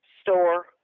store